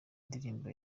ndirimbo